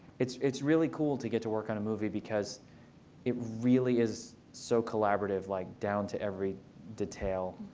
it's it's really cool to get to work on a movie, because it really is so collaborative like down to every detail.